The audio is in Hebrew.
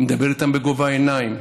מדבר איתם בגובה העיניים.